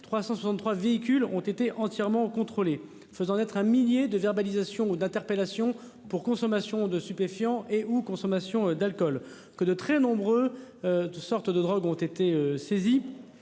13.363 véhicules ont été entièrement contrôlée, faisant naître un millier de verbalisation ou d'interpellations pour consommation de stupéfiants et ou consommation d'alcool que de très nombreux. De sortes de drogue ont été saisies.